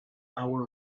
hour